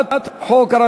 אם כן,